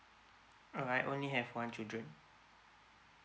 arlight I only have one children